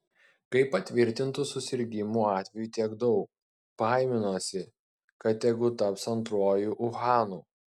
kai patvirtintų susirgimų atvejų tiek daug baiminuosi kad tegu taps antruoju uhanu